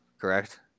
correct